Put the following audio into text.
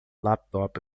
laptop